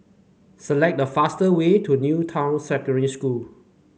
select the fastest way to New Town Secondary School